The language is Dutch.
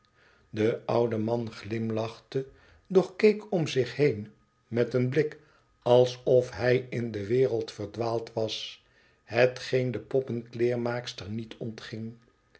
de oude man glimlachte doch keek om zich heen met een blik alsof hij in de wereld verdwaald was hetgeen de poppenkleermaakster niet ontging